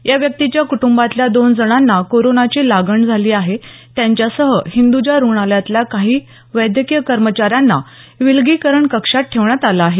या व्यक्तीच्या कुटंबातल्या दोन जणांना कोरोनाची लागण झाली आहे त्यांच्यासह हिंदजा रुग्णालयातल्या काही वैद्यकीय कर्मचाऱ्यांना विलगीकरण कक्षात ठेवण्यात आलं आहे